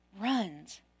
runs